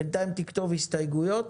בינתיים תכתוב הסתייגויות.